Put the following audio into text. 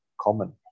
common